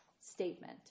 statement